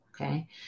Okay